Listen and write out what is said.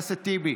טיבי,